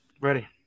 ready